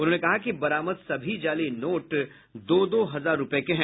उन्होंने कहा कि बरामद सभी जाली नोट दो दो हजार रूपये के हैं